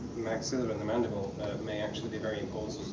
maxilla and the mandible may actually be very important